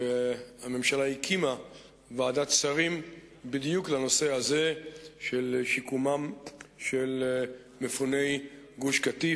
שהממשלה הקימה ועדת שרים בדיוק לנושא הזה של שיקומם של מפוני גוש-קטיף,